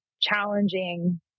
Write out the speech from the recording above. challenging